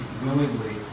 willingly